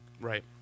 Right